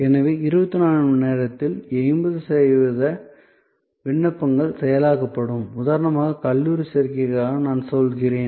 எனவே 24 மணி நேரத்தில் 80 சதவிகித விண்ணப்பங்கள் செயலாக்கப்படும் உதாரணமாக கல்லூரி சேர்க்கைக்காக நான் சொல்கிறேன்